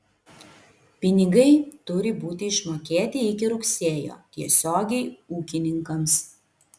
pinigai turi būti išmokėti iki rugsėjo tiesiogiai ūkininkams